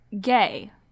gay